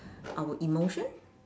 our emotion